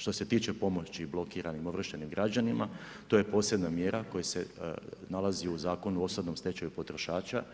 Što se tiče pomoći blokiranim i ovršenim građanima, to je posebna mjera koja se nalazi u Zakonu o osobnom stečaju potrošača